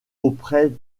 auprès